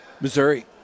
Missouri